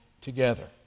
together